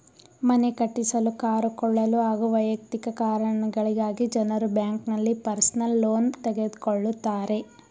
ಮನೆ ಕಟ್ಟಿಸಲು ಕಾರು ಕೊಳ್ಳಲು ಹಾಗೂ ವೈಯಕ್ತಿಕ ಕಾರಣಗಳಿಗಾಗಿ ಜನರು ಬ್ಯಾಂಕ್ನಲ್ಲಿ ಪರ್ಸನಲ್ ಲೋನ್ ತೆಗೆದುಕೊಳ್ಳುತ್ತಾರೆ